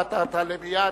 ואתה תעלה מייד.